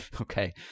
Okay